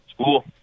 School